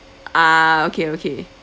ah okay okay